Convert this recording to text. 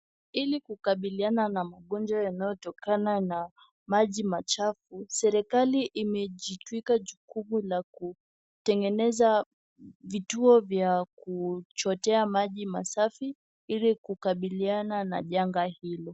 Ili kukabiliana na magonjwa yanayotokana na maji machafu serikali imejitwika jukumu la kutengeneza vituo vya kuchotea maji masafi ili kukabiliana na janga hilo.